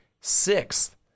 sixth